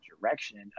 direction